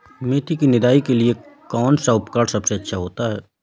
मेथी की निदाई के लिए कौन सा उपकरण सबसे अच्छा होता है?